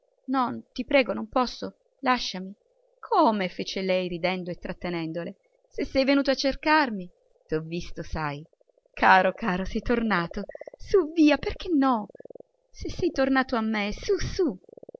no ti prego non posso lasciami come fece lei ridendo e trattenendolo se sei venuto a cercarmi t'ho visto sai caro caro sei tornato su via perché no se sei tornato a me su su